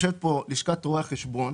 יושבת פה לשכת רואי החשבון,